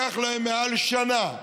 לקח להם מעל שנה,